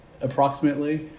approximately